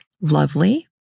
lovely